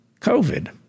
COVID